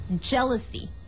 jealousy